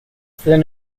then